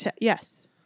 Yes